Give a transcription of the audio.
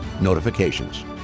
notifications